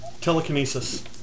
Telekinesis